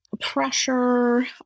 pressure